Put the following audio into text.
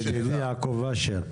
ידידי יעקב אשר,